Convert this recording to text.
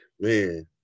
Man